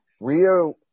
Rio